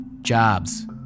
Jobs